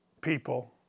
people –